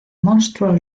monstruo